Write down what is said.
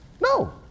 No